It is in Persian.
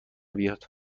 بیاد